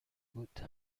بود